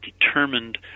determined